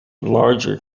larger